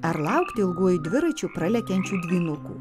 ar laukti ilguoju dviračiu pralekiančių dvynukų